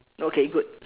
okay good